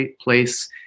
place